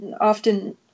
often